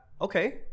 okay